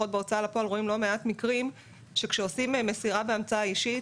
אנחנו בהוצאה לפועל רואים לא מעט מקרים שכאשר עושים מסירה בהמצאה אישית,